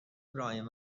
ابراهیم